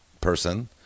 person